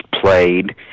played